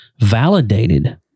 validated